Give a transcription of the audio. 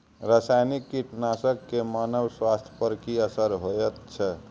रसायनिक कीटनासक के मानव स्वास्थ्य पर की असर होयत छै?